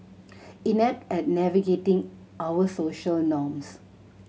inept at navigating our social norms